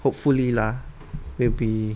hopefully lah maybe